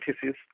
thesis